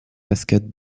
cascade